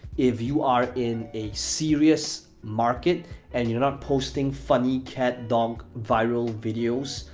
if you are in a serious market and you're not posting funny cat dog viral videos,